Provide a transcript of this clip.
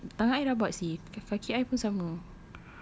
kaki I tangan I rabak seh kaki I pun sama